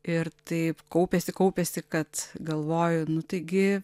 ir taip kaupėsi kaupėsi kad galvoju nu taigi